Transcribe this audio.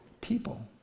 people